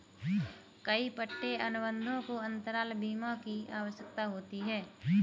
कई पट्टे अनुबंधों को अंतराल बीमा की आवश्यकता होती है